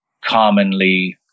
commonly